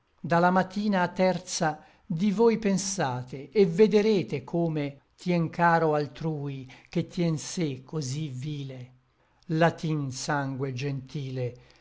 matina a terza di voi pensate et vederete come tien caro altrui che tien sé cosí vile latin sangue gentile